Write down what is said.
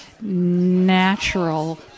natural